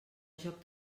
joc